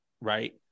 right